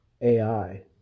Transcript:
AI